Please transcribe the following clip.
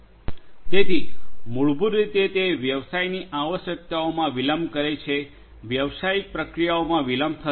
તેથી મૂળભૂત રીતે તે વ્યવસાયની આવશ્યકતાઓમાં વિલંબ કરે છે વ્યવસાયિક પ્રક્રિયાઓમાં વિલંબમાં થશે